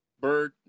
Bird